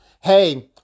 Hey